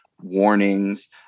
warnings